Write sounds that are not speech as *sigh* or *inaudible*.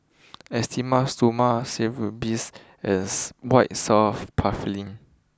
Esteem Stoma *unintelligible* Bath as White soft Paraffin